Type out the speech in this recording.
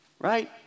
Right